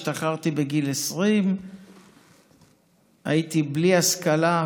השתחררתי בגיל 20. הייתי בלי השכלה,